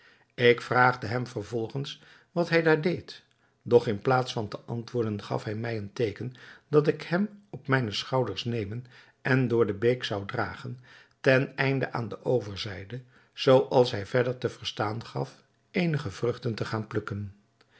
ik vraagde hem vervolgens wat hij daar deed doch in plaats van te antwoorden gaf hij mij een teeken dat ik hem op mijne schouders nemen en door de beek zou dragen ten einde aan de overzijde zoo als hij verder te verstaan gaf eenige vruchten te gaan plukken